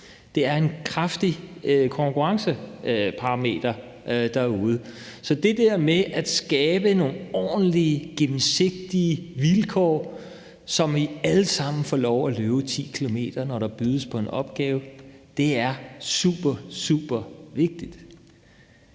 Det er en kraftig konkurrenceparameter derude. Så det der med at skabe nogle ordentlige og gennemsigtige vilkår, så vi alle sammen får lov at løbe 10 km, når der bydes på en opgave, er supervigtigt.